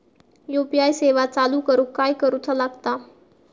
UPI सेवा चालू करूक काय करूचा लागता?